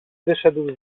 wyszedł